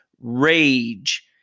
rage